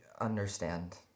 understand